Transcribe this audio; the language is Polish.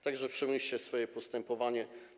Tak że przemyślcie swoje postępowanie.